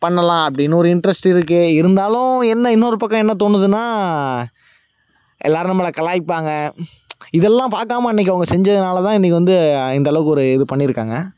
பண்ணலாம் அப்படினு ஒரு இன்ட்ரஸ்ட் இருக்குது இருந்தாலும் என்ன இன்னொரு பக்கம் என்ன தோணுதுனா எல்லோரும் நம்மளை கலாயிப்பாங்க இதெல்லாம் பார்க்காம அன்றைக்கி அவங்க செஞ்சதனாலதான் இன்னக்கி வந்து இந்தளவுக்கு ஒரு இது பண்ணியிருக்காங்க